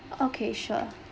okay sure